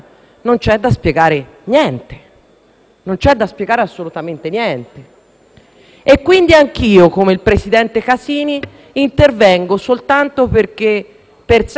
quindi, come il presidente Casini intervengo soltanto perché, per senso di responsabilità, voglio lasciare agli atti la nostra posizione,